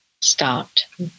stopped